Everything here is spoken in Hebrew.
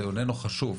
אני רוצה להגיד כמה דברים